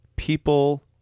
People